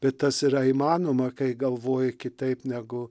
bet tas yra įmanoma kai galvoji kitaip negu